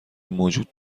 موجود